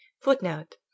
footnote